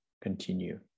Continue